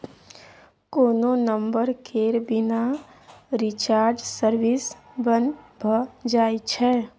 कोनो नंबर केर बिना रिचार्ज सर्विस बन्न भ जाइ छै